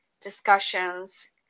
discussions